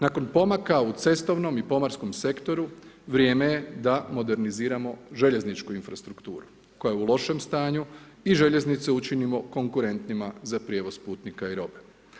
Nakon pomaka u cestovnom i pomorskom sektoru vrijeme je da moderniziramo željezničku infrastrukturu koja je u lošem stanju i željeznice učinimo konkurentnima za prijevoz putnika i robe.